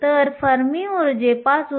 तर इथेच आपण आज थांबू